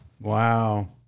Wow